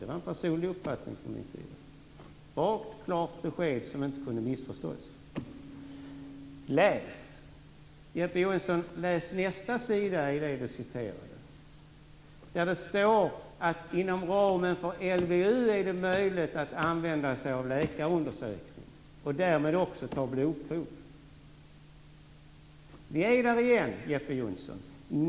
Det var en personlig uppfattning från min sida. Det var ett rakt klart besked som inte kunde missförstås. Där står det att inom ramen för LVU är det möjligt att använda sig av läkarundersökning och därmed också ta blodprov. Ni är där igen, Jeppe Johnsson.